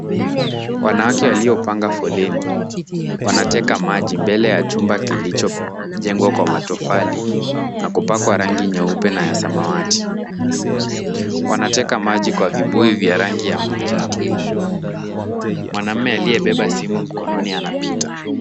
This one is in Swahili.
Wanawake waliopanga foleni wanateka maji mbele ya chumba kilijojengwa kwa matofali na kupakwa rangi nyeupe na ya samawati, wanateka maji kwa vibuyu vya rangi ya manjano , mwanamme aliyebeba simu mkononi anapita .